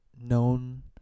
known